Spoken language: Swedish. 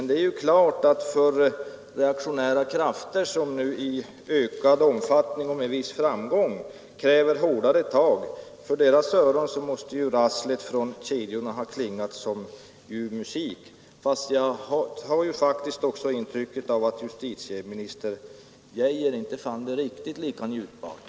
Det är klart att i öronen på de reaktionära krafter, vilka nu i ökad omfattning och med viss framgång kräver hårdare tag, måste rasslet från kedjorna ha klingat som ljuv musik. Men jag har faktiskt fått det intrycket, att justitieminister Geijer inte fann det riktigt lika njutbart.